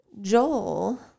Joel